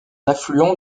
affluent